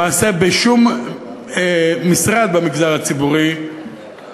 למעשה בשום משרד במגזר הציבורי